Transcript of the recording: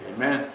Amen